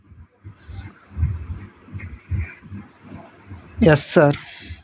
yes sir